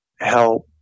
help